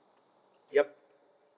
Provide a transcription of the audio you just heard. yup